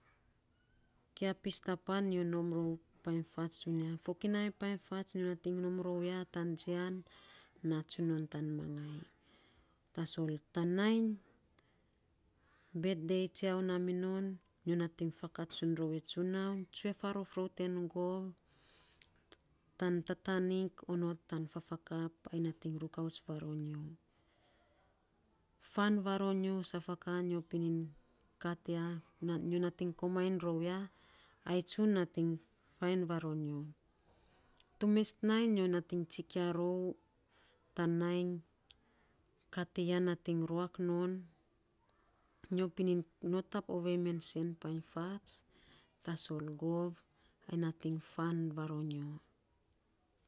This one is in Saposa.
kia pis ta pan, nyo nom rou painy fats tsunia, fokinai painy fats nyo nating nom ror ya tan jian naa tsun non tana mangai, tasol tan nainy. bet dei tsiauu naa minon nyo nating fakats tsun rou e tsunaun, tsue faarof rou ten gov, tan tatanik onot tan fafakap, ai nating rukaut varonyo, faan varonyo saf a ka nyo pinin kat ya nyo nating komainy rou ya, ai tsun nating fainy varonyo. Tee mes nainy nyo nating tsikia rouu ta nainy kaa tiya nating ruak non, nyo pinin notap ovei men sen painy fats tasol gov, ai nating faan varonyo.